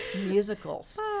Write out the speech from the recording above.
musicals